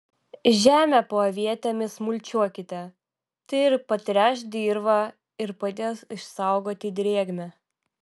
žemę po avietėmis mulčiuokite tai ir patręš dirvą ir padės išsaugoti drėgmę